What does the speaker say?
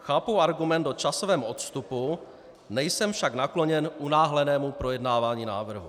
Chápu argument o časovém odstupu, nejsem však nakloněn unáhlenému projednávání návrhu.